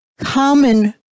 common